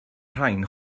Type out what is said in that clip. rain